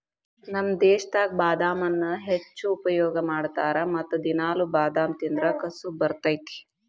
ನಮ್ಮ ದೇಶದಾಗ ಬಾದಾಮನ್ನಾ ಹೆಚ್ಚು ಉಪಯೋಗ ಮಾಡತಾರ ಮತ್ತ ದಿನಾಲು ಬಾದಾಮ ತಿಂದ್ರ ಕಸು ಬರ್ತೈತಿ